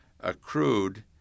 accrued